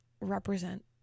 represent